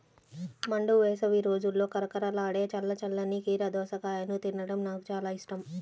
మండు వేసవి రోజుల్లో కరకరలాడే చల్ల చల్లని కీర దోసకాయను తినడం నాకు చాలా ఇష్టం